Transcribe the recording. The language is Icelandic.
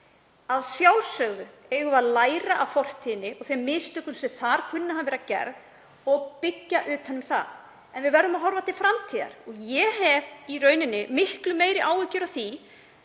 Að sjálfsögðu eigum við að læra af fortíðinni og þeim mistökum sem þar kunna að hafa verið gerð og byggja utan um það. En við verðum að horfa til framtíðar. Ég hef í rauninni miklu meiri áhyggjur af því